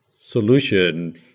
solution